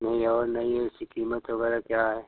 नहीं और नहीं उसकी कीमत वगैरह क्या है